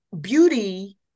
beauty